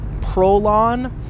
Prolon